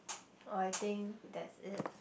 oh I think that's it